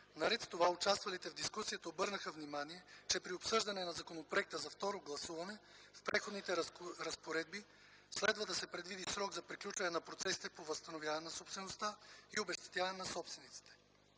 Наред с това участвалите в дискусията обърнаха внимание, че при обсъждането на законопроекта за второ гласуване в Преходните разпоредби следва да се предвиди срок за приключване на процесите по възстановяване на собствеността и обезщетяване на собствениците.